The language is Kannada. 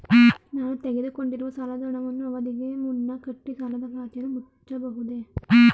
ನಾನು ತೆಗೆದುಕೊಂಡಿರುವ ಸಾಲದ ಹಣವನ್ನು ಅವಧಿಗೆ ಮುನ್ನ ಕಟ್ಟಿ ಸಾಲದ ಖಾತೆಯನ್ನು ಮುಚ್ಚಬಹುದೇ?